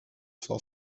for